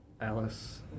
Alice